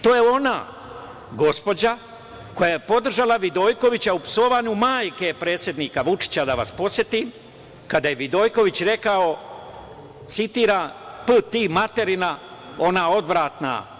To je ona gospođa koja je podržala Vidojkovića u psovanju majke predsednika Vučića, da vas podsetim, kada je Vidojković rekao, citiram: „p…. ti materina ona odvratna.